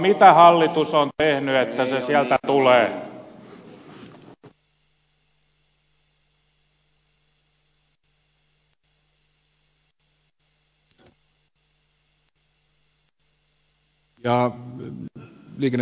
mitä hallitus on tehnyt että se sieltä tulee